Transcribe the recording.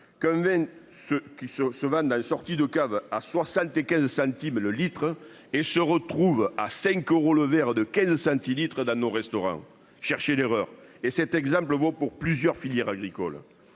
vaine. Ce qui se se Van la sortie de caves à 75 centimes le litre et se retrouve à 5 euros le verre de quel centilitres dans nos restaurants. Cherchez l'erreur. Et cet exemple homo pour plusieurs filières agricoles.